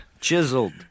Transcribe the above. chiseled